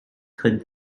could